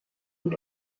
und